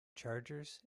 chargers